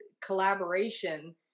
collaboration